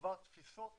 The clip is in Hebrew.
כבר תפיסות